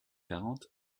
quarante